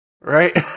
Right